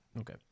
Okay